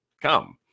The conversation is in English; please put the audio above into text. come